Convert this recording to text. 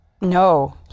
No